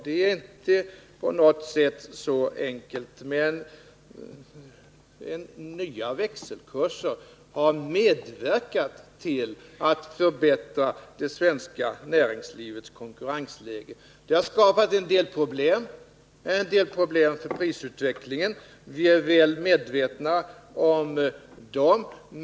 Det är inte så enkelt. Men nya växelkurser har medverkat till att förbättra det svenska näringslivets konkurrensläge. Det har skapat en del problem för prisutvecklingen. Vi är medvetna om dem.